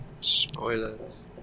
Spoilers